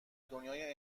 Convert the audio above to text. دنیای